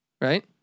right